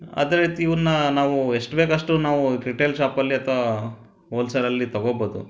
ಅದೇ ರೀತಿ ಇವನ್ನು ನಾವು ಎಷ್ಟು ಬೇಕಷ್ಟು ನಾವು ಅದಕ್ಕೆ ರಿಟೇಲ್ ಶಾಪಲ್ಲಿ ಅಥವಾ ಹೋಲ್ಸೆಲಲ್ಲಿ ತಗೊಳ್ಬೋದು